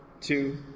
two